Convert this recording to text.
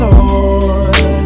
Lord